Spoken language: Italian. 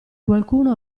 qualcuno